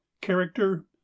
Character